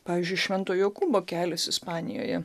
pavyzdžiui švento jokūbo kelias ispanijoje